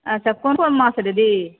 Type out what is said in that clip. अच्छा क़ोन क़ोन माछ छै दीदी